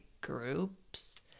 groups